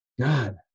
God